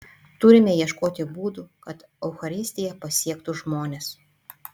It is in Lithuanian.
turime ieškoti būdų kad eucharistija pasiektų žmones